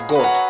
God